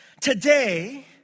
Today